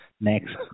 next